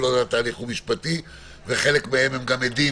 כל התהליך הוא משפטי וחלק מהם גם עדים